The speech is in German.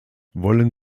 wollen